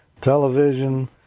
Television